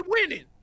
winning